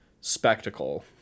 spectacle